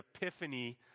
epiphany